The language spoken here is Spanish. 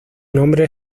nombre